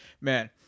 Man